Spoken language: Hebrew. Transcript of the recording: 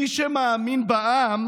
מי שמאמין בעם